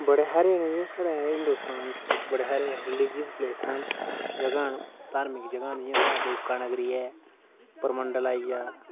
बड़े हारे न साढ़े हिंदुस्तान बिच्च बड़े हारे रलिजिस प्लेसां न जगह् न धार्मिक जगह् न जियां साढ़ा देविका नगरी ऐ परमंडल आई गेआ